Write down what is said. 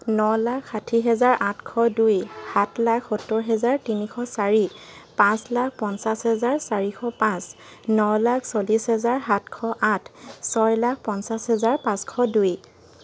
ন লাখ ষাঠি হেজাৰ আঠশ দুই সাত লাখ সত্তৰ হাজাৰ তিনিশ চাৰি পাঁচ লাখ পঞ্চাছ হেজাৰ চাৰিশ পাঁচ ন লাখ চল্লিছ হেজাৰ সাতশ আঠ ছয় লাখ পঞ্চাছ হেজাৰ পাঁচশ দুই